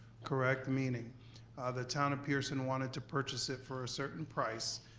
correct? meaning the town of pearson wanted to purchase it for a certain price.